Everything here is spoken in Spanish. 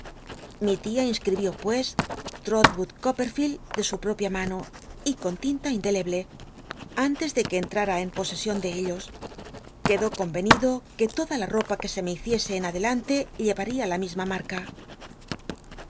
li tia insctibió pues lt ol wood coppcrlicl d de su pt opia mano y con tinta indeleble antes de que cntrara en posesion de ellos quedó comenido que toda la topa que se me hiciese en adelante lle'aria la misma